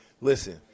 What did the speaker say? Listen